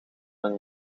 een